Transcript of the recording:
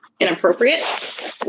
inappropriate